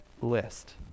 list